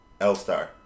L-Star